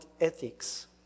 ethics